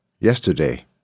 yesterday